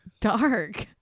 Dark